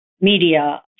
media